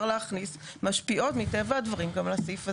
להכניס משפיעות מטבע הדברים גם על הסעיף הזה,